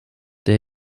der